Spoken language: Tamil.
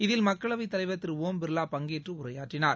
இதில் மக்களவைத் தலைவர் திரு ஓம் பிர்லா பங்கேற்று உரையாற்றினார்